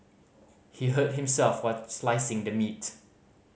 he hurt himself while slicing the meat